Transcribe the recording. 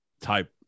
type